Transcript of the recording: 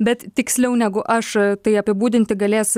bet tiksliau negu aš tai apibūdinti galės